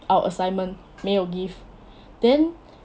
our assignment 没有 give then